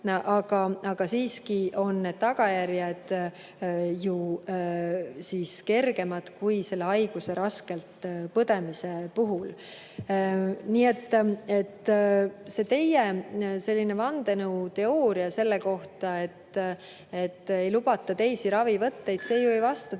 aga siiski on need tagajärjed ju kergemad kui selle haiguse raskelt põdemise puhul. Nii et see teie vandenõuteooria selle kohta, et ei lubata teisi ravivõtteid, ju ei vasta